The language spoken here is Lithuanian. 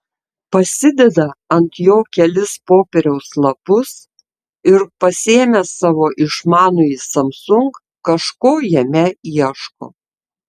pasideda ant jo kelis popieriaus lapus ir pasiėmęs savo išmanųjį samsung kažko jame ieško